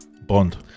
Bond